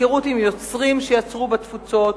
היכרות עם יוצרים שיצרו בתפוצות,